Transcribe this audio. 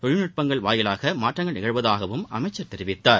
தொழில்நுட்பங்கள் வாயிலாக மாற்றங்கள் நிகழ்வதாகவும் அமைச்சர் தெரிவித்தார்